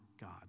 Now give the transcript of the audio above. God